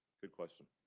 good question.